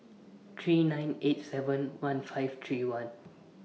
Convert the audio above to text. three nine eight seven one five three one